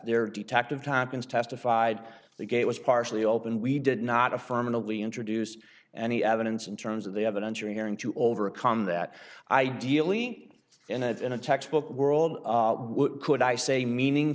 there detective times testified the gate was partially open we did not affirmatively introduce any evidence in terms of the evidence or hearing to overcome that ideally in a in a textbook world could i say meaning